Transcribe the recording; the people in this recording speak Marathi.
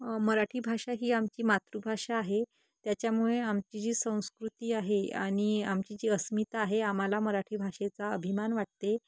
मराठी भाषा ही आमची मातृभाषा आहे त्याच्यामुळे आमची जी संस्कृती आहे आणि आमची जी अस्मिता आहे आम्हाला मराठी भाषेचा अभिमान वाटते